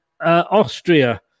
Austria